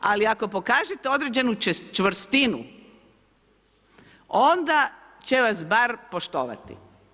Ali, ako pokažete određenu čvrstinu, onda će vas bar poštovati.